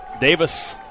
Davis